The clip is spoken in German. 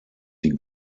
die